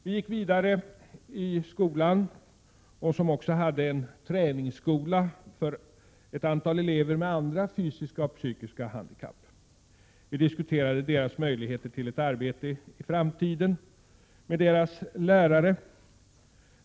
Vi gick vidare i skolan, som också hade en träningsskola för ett antal elever med andra fysiska och psykiska handikapp. Vi diskuterade med lärarna dessa elevers möjligheter att få arbete i framtiden.